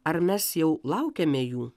ar mes jau laukiame jų